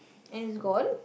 and it's gone